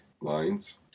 lines